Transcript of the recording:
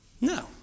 No